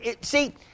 see